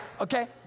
Okay